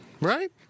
right